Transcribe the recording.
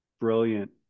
brilliant